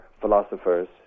philosophers